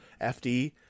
FD